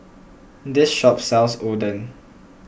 this shop sells Oden